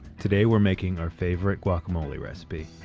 today we're making our favorite guacamole recipe.